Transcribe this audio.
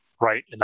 right